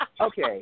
Okay